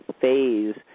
phase